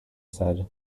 said